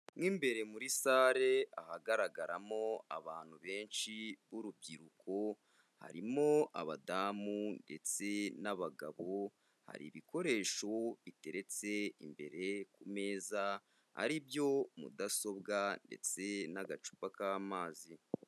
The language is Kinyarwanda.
Mo imbere muri salle ahagaragaramo abantu benshi b'urubyiruko, harimo abadamu ndetse n'abagabo, hari ibikoresho biteretse imbere ku meza ari byo mudasobwa ndetse n'agacupa k'amazi.